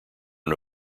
are